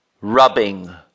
rubbing